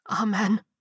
Amen